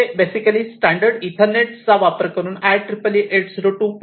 म्हणजे basically standard Ethernet चा वापर करून IEEE 802